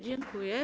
Dziękuję.